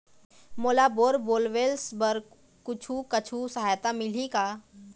मोला bore borewells बर कुछू कछु सहायता मिलही का?